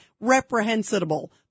reprehensible